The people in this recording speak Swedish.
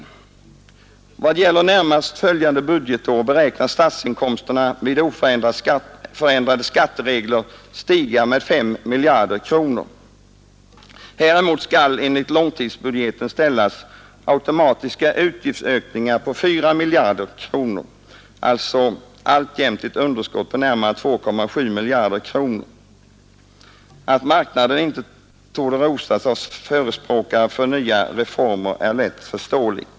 I vad gäller närmast följande budgetår beräknas statsinkomsterna vid oförändrade skatteregler stiga med 5 miljarder kronor. Häremot skall enligt långtidsbudgeten ställas automatiska utgiftsökningar som enbart dessa belöper sig på 4 miljarder kronor, alltså alltjämt ett underskott på närmare 2,7 miljarder kronor. Att marknaden inte torde rosas av förespråkare för nya reformer är lätt förståeligt.